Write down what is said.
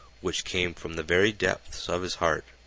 which came from the very depths of his heart,